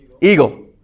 eagle